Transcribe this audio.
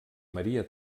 maria